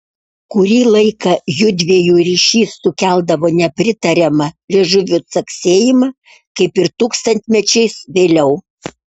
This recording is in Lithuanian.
kurį laiką jųdviejų ryšys sukeldavo nepritariamą liežuvių caksėjimą kaip ir tūkstantmečiais vėliau